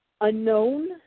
unknown